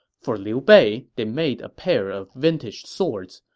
for liu bei they made a pair of vintage swords.